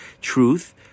truth